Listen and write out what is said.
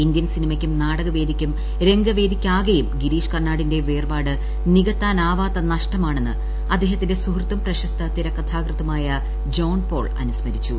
Indian സിനിമയ്ക്കും നാടകവേദിയ്ക്കും രംഗവേദിക്കാകെയും ഗിരീഷ് കർണാടിന്റെ വേർപാട് നികത്താനാവാത്ത നഷ്ടമാണെന്ന് അദ്ദേഹത്തിന്റെ സുഹൃത്തും പ്രശസ്ത തിരക്കഥാകൃത്തുമായ ജോൺ പോൾ അനുസ്മരിച്ചു